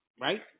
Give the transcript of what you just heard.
right